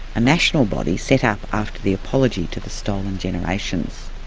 a national body set up after the apology to the stolen generations.